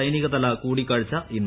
സൈനികതല കൂടിക്കാഴ്ച ഇന്ന്